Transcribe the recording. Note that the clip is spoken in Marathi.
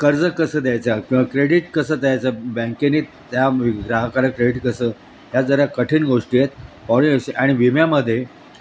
कर्ज कसं द्यायचा किंवा क्रेडीट कसं द्यायचं बँकेने त्या ग्राहकाला क्रेडीट कसं ह्या जरा कठीण गोष्टी आहेत आणि विम्यामध्ये